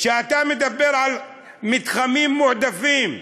כשאתה מדבר על מתחמים מועדפים,